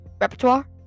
repertoire